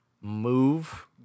move